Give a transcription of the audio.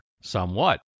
somewhat